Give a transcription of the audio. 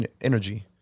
energy